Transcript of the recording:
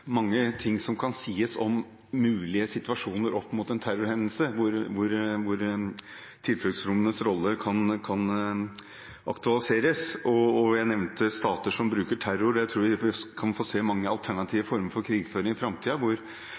mange ting som kan sies om mulige situasjoner opp mot en terrorhendelse, hvor tilfluktsrommenes rolle kan aktualiseres, og jeg nevnte stater som bruker terror. Jeg tror vi kan få se mange alternative former for krigføring i